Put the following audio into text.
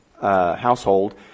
household –